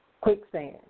quicksand